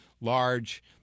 large